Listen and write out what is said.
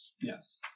Yes